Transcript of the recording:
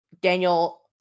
Daniel